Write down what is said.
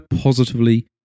positively